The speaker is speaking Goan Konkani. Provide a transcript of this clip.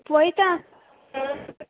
पयता